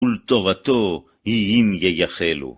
ולתורתו אם הם ייחלו.